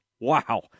Wow